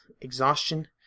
exhaustion